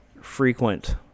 frequent